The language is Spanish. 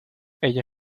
ella